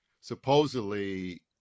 supposedly